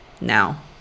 now